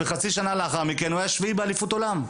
חצי שנה לאחר מכן הוא היה שביעי באליפות העולם.